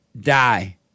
die